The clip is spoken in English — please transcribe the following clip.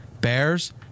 Bears